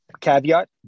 Caveat